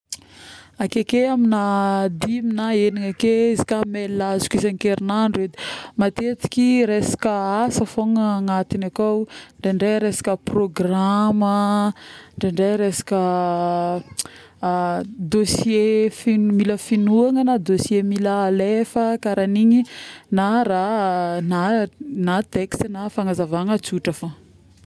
Akeke amina dimy na enigna ake izy ka mail azoky isagn-kerignandro edy, matetiky resaky asa fôgna agnatigny akao ndraindray resaka programa indraindray resaka˂hesitation˃ dossier, mila fegnôna na dossier mila alefa karaha igny raha, na texte na fagnazavagna tsotra fôgna